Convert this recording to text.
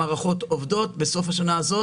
המערכות עובדות בסוף השנה הזאת.